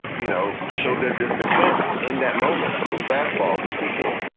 you know, show their discontent in that moment, throw fastballs at people,